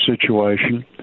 situation